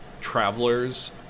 travelers